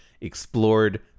explored